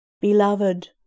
Beloved